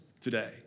today